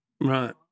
Right